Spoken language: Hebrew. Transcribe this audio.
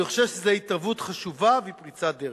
אני חושב שזה התערבות חשובה, והיא פריצת דרך.